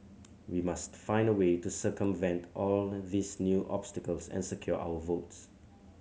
we must find a way to circumvent all these new obstacles and secure our votes